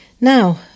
Now